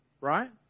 right